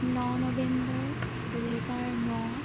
ন নৱেম্বৰ দুহেজাৰ ন